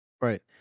Right